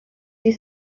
you